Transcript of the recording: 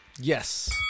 Yes